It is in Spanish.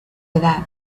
edad